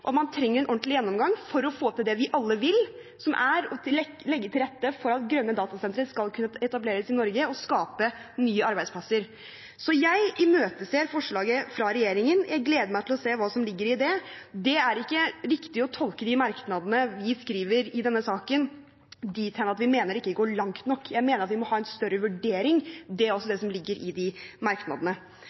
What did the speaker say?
at man trenger en ordentlig gjennomgang for å få til det vi alle vil, som er å legge til rette for at grønne datasentre skal kunne etableres i Norge og skape nye arbeidsplasser. Så jeg imøteser forslaget fra regjeringen. Jeg gleder meg til å se hva som ligger i det. Det er ikke riktig å tolke de merknadene vi skriver i denne saken, dit hen at vi mener det ikke går langt nok. Jeg mener at vi må ha en større vurdering. Det er også det som ligger i de merknadene.